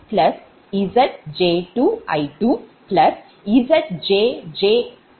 ZjjIj